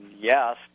yes